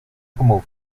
como